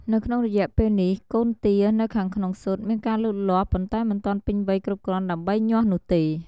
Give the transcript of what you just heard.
នៅក្នុងរយៈពេលនេះកូនទានៅខាងក្នុងស៊ុតមានការលូតលាស់ ប៉ុន្តែមិនទាន់ពេញវ័យគ្រប់គ្រាន់ដើម្បីញាស់នោះទេ។